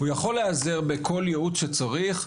הוא יכול להיעזר בכול ייעוץ שצריך,